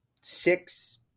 six